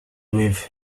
with